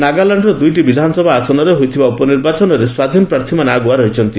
ନାଗାଲାଣ୍ଡର ଦୁଇଟି ବିଧାନସଭା ଆସନରେ ହୋଇଥିବା ଉପନିର୍ବାଚନ ସ୍ୱାଧୀନ ପ୍ରାର୍ଥୀମାନେ ଆଗୁଆ ଅଛନ୍ତି